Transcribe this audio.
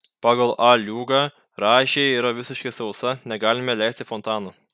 pagal a liugą rąžė yra visiškai sausa negalime leisti fontano